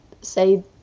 say